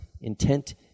intent